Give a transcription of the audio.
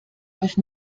euch